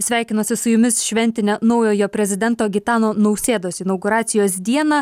sveikinuosi su jumis šventinę naujojo prezidento gitano nausėdos inauguracijos dieną